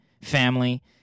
family